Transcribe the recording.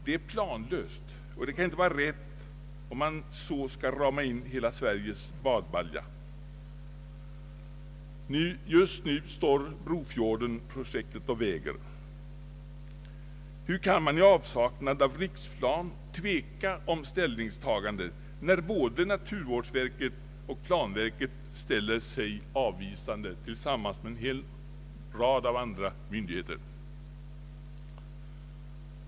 Det är planlöst, och det kan inte vara rätt att rama in hela Sveriges badbalja på det sättet! Just nu står Brofjordenprojektet och väger. Hur kan man i avsaknad av riksplan tveka om ställningstagandet, när både naturvårdsverket och planverket ställer sig avvisande tillsammans med en hel rad andra myndigheter.